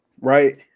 Right